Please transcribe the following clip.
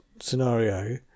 scenario